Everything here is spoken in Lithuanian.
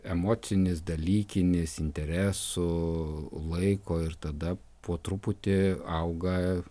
emocinis dalykinis interesų laiko ir tada po truputį auga